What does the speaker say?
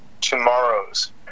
tomorrow's